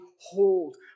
hold